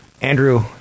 Andrew